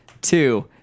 two